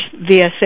VSA